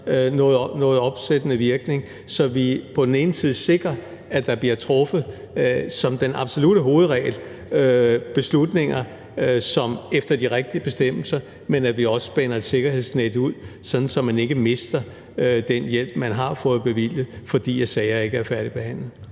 noget opsættende virkning. Så sikrer vi, at der som den absolutte hovedregel bliver truffet beslutninger efter de rigtige bestemmelser, men vi spænder også et sikkerhedsnet ud, så man ikke mister den hjælp, man har fået bevilget, fordi sager ikke er færdigbehandlet.